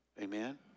Amen